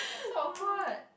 so awkward